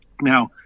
now